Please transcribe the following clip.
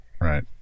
Right